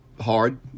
hard